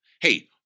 Hey